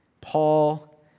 Paul